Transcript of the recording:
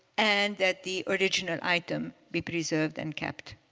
and that the original item be preserved and kept.